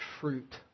fruit